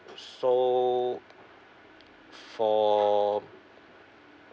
so for